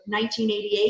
1988